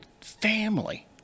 family